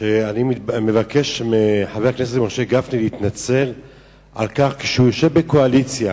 שאני מבקש מחבר הכנסת משה גפני להתנצל על כך שהוא יושב בקואליציה